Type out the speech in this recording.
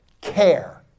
Care